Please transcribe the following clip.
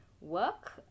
work